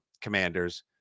Commanders